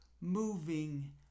moving